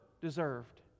deserved